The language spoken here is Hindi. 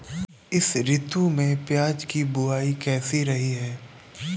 इस ऋतु में प्याज की बुआई कैसी रही है?